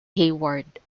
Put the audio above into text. hayward